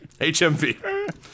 HMV